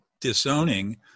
disowning